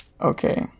Okay